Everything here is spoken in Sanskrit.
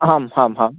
आम् हां हां